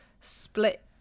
split